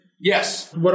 Yes